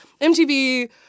MTV